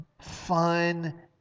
fun